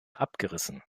abgerissen